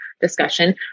discussion